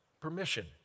permission